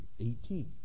Eighteen